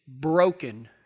broken